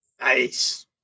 Nice